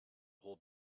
whole